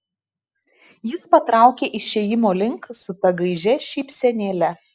jis patraukė išėjimo link su ta gaižia šypsenėle